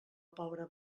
pobra